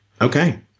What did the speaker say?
okay